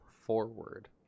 forward